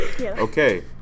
Okay